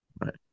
right